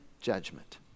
judgment